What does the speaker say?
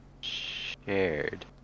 Shared